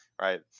right